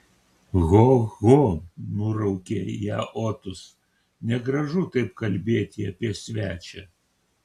ho ho nuraukė ją otus negražu taip kalbėti apie svečią